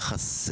חסר.